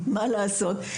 מה לעשות?